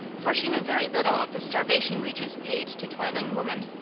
for she knew very little of the starvation wages paid to toiling women.